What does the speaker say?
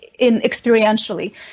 experientially